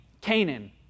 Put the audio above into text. Canaan